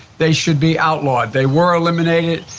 they should be outlawed. they were eliminated,